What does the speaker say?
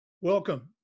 Welcome